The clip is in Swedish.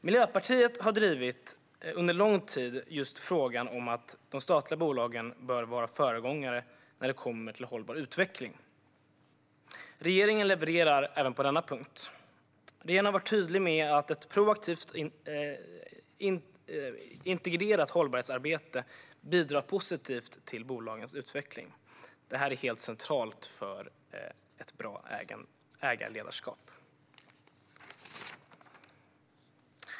Miljöpartiet har under lång tid drivit frågan om att de statliga bolagen bör vara föregångare när det kommer till hållbar utveckling. Regeringen levererar även på denna punkt. Regeringen har varit tydlig med att ett proaktivt och integrerat hållbarhetsarbete bidrar positivt till bolagens utveckling. Detta är helt centralt för ett bra ägarledarskap.